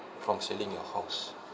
from selling your house